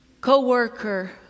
co-worker